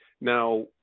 Now